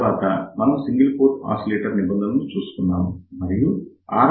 తర్వాత మనం single port oscillator నిబంధన చూసుకున్నాము